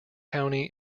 county